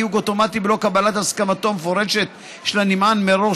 חיוג אוטומטי בלא קבלת הסכמתו המפורשת של הנמען מראש